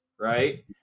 right